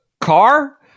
car